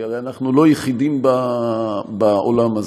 כי הרי אנחנו לא היחידים בעולם הזה,